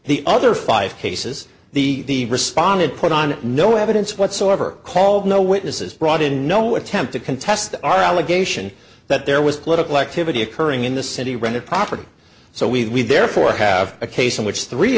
the other five cases the responded put on no evidence whatsoever called no witnesses brought in no attempt to contest our allegation that there was political activity occurring in the city rented property so we therefore have a case in which three